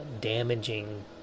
damaging